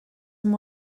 and